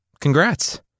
Congrats